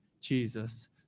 Jesus